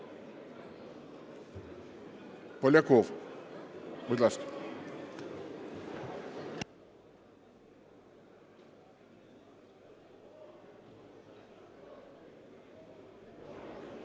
Поляков, будь ласка.